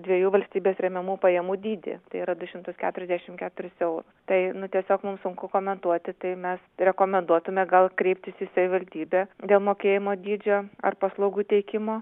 dviejų valstybės remiamų pajamų dydį tai yra du šimtus keturiasdešim keturis eurus tai nu tiesiog mums sunku komentuoti tai mes rekomenduotume gal kreiptis į savivaldybę dėl mokėjimo dydžio ar paslaugų teikimo